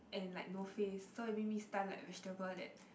and like no face so maybe stunned like vegetable that